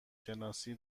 شناسی